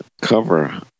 cover